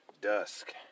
Dusk